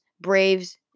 Braves